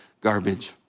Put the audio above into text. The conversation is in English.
garbage